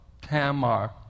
Tamar